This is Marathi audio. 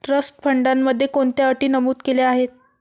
ट्रस्ट फंडामध्ये कोणत्या अटी नमूद केल्या आहेत?